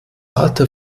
alte